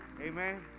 Amen